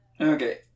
Okay